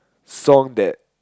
song that